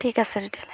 ঠিক আছে তেতিয়াহ'লে